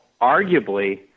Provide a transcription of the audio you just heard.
arguably